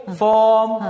form